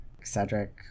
Cedric